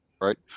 right